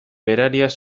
berariaz